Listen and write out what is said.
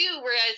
whereas